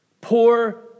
Poor